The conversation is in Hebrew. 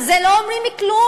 על זה לא אומרים כלום.